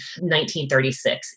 1936